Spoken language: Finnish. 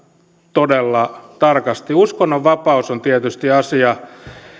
todella tarkasti uskonnonvapaus on tietysti asia